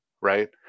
right